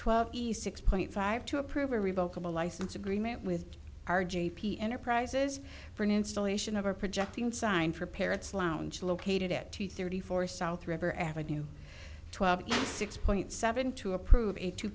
twelve east six point five to approve a revokable license agreement with our j p enterprises for an installation of a projecting sign for parents lounge located at two thirty four south river avenue twelve six point seven to approve a two